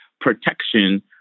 protection